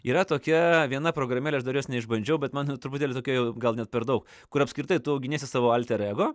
yra tokia viena programėlė aš dar jos neišbandžiau bet man na truputėlį tokia jau gal net per daug kur apskritai tu auginiesi savo alterego